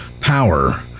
power